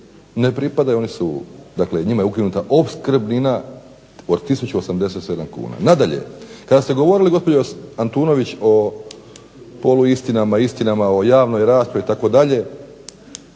Ne pripadaju oni su njima je ukinuta opskrbnina od tisuću 87 kuna. Nadalje, kada ste govorili gospođo Antunović o istinama poluistinama, o javnoj raspravi itd.